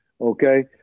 Okay